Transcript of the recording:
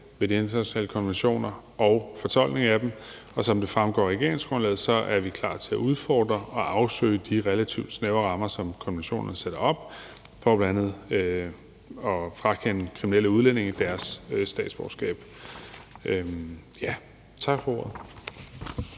ved de internationale konventioner og fortolkningen af dem, og vi er, som det også fremgår af regeringsgrundlaget, klar til at udfordre og afsøge de relativt snævre rammer, som konventionerne sætter op for bl.a. at frakende kriminelle udlænding deres statsborgerskab. Tak for ordet.